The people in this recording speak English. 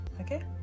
okay